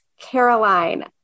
Caroline